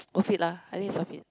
worth it lah I think it's worth it